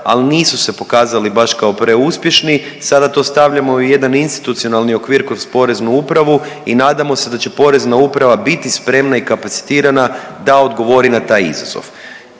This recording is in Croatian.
ali nisu se pokazali baš kao preuspješni. Sada to stavljamo u jedan institucionalni okvir kroz Poreznu upravu i nadamo se da će Porezna uprava biti spremna i kapacitirana da odgovori na taj izazov.